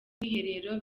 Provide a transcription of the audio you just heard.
mwiherero